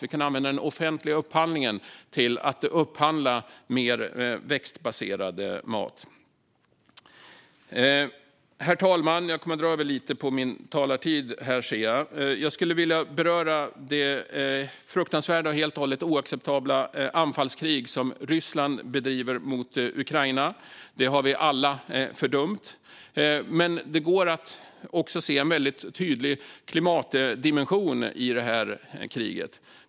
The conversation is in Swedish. Vi kan använda den offentliga upphandlingen för att upphandla mer växtbaserad mat. Herr talman! Jag skulle vilja beröra det fruktansvärda och helt och hållet oacceptabla anfallskrig som Ryssland bedriver mot Ukraina. Det har vi alla fördömt. Men det går också att se en väldigt tydlig klimatdimension i detta krig.